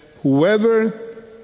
whoever